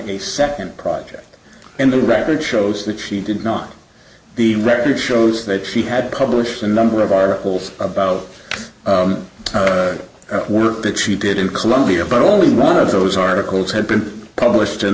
a second project and the record shows that she did not the record shows that she had published a number of articles about the work that she did in columbia but only one of those articles had been published in